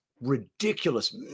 ridiculous